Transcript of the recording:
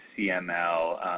CML